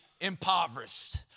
impoverished